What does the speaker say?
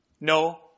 No